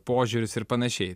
požiūrius ir panašiai